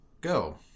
go